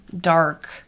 dark